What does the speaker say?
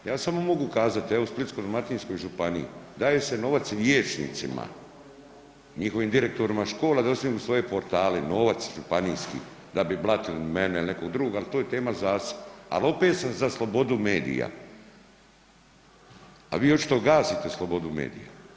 Ja samo mogu kazati, evo u Splitsko-dalmatinskoj županiji daje se novac liječnicima, njihovim direktorima škola da osnuju svoje portale, novac županijski da bi blatili mene il nekog drugog, al to je tema za se, ali opet sam za slobodu medija, a vi očito gasite slobodu medija.